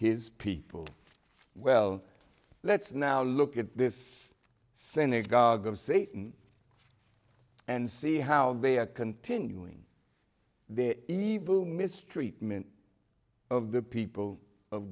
his people well let's now look at this synagogue of satan and see how they are continuing their evil mistreatment of the people of